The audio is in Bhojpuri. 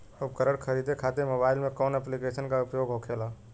उपकरण खरीदे खाते मोबाइल में कौन ऐप्लिकेशन का उपयोग होखेला?